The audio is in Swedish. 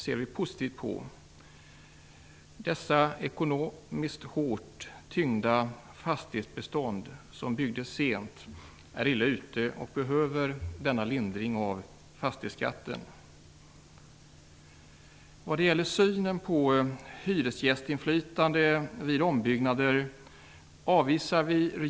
Det ekonomiskt hårt tyngda fastighetsbestånd som byggdes sent är illa ute och behöver denna lindring av fastighetsskatten. Vi avvisar regeringsförslaget när det gäller synen på hyresgästinflytande vid ombyggnader.